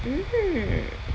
mm